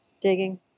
digging